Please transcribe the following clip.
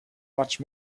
much